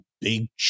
big